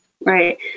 Right